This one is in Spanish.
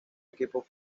equipo